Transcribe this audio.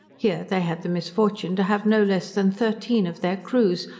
here they had the misfortune to have no less than thirteen of their crews,